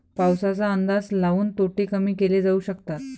पाऊसाचा अंदाज लाऊन तोटे कमी केले जाऊ शकतात